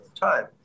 time